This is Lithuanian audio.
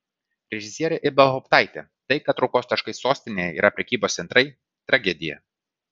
režisierė ibelhauptaitė tai kad traukos taškai sostinėje yra prekybos centrai tragedija